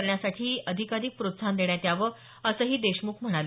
करण्यासाठीही अधिकाधिक प्रोत्साहन देण्यात याव असंही देशमुख म्हणाले